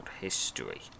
history